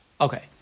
Okay